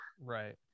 right